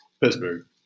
Pittsburgh